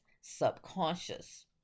subconscious